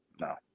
No